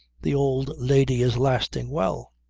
the old lady is lasting well.